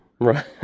right